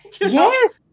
yes